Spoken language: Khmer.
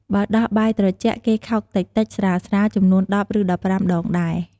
បើដោះបាយត្រជាក់គេខោកតិចៗស្រាលៗ ចំនួន ១០ ឬ ១៥ ដងដែរ។